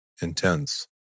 intense